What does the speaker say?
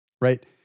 right